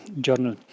journal